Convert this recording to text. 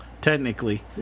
technically